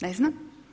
Ne znam.